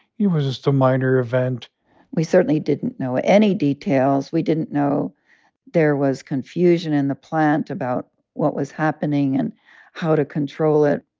it was just a minor event we certainly didn't know any details. we didn't know there was confusion in the plant about what was happening and how to control it.